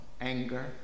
anger